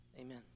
Amen